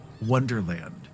wonderland